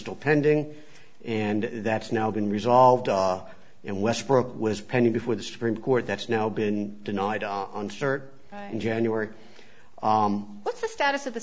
still pending and that's now been resolved and westbrook was pending before the supreme court that's now been denied on cert in january what's the status of the